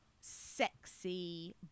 sexy